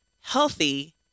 healthy